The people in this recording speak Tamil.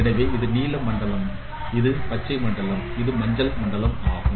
எனவே இது நீல மண்டலம் இது பச்சை மண்டலம் மற்றும் இது மஞ்சள் மண்டலமாகும்